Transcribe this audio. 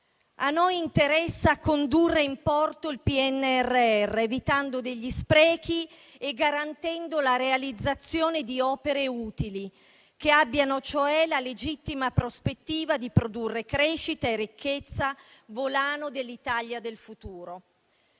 A noi interessa condurre in porto il PNRR, evitando gli sprechi e garantendo la realizzazione di opere utili, che abbiano cioè la legittima prospettiva di produrre crescita e ricchezza, volano dell'Italia del futuro.